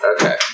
Okay